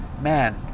man